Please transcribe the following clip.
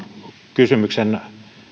kysymyksen